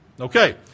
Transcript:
Okay